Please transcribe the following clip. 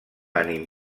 ànim